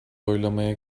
oylamaya